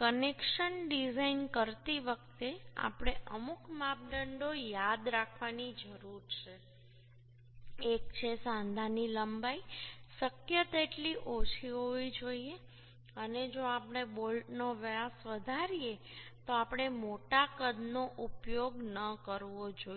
connection design કરતી વખતે આપણે અમુક માપદંડો યાદ રાખવાની જરૂર છે એક છે સાંધાની લંબાઈ શક્ય તેટલી ઓછી હોવી જોઈએ અને જો આપણે બોલ્ટનો વ્યાસ વધારીએ તો આપણે મોટા કદનો ઉપયોગ ન કરવો જોઈએ